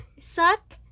Suck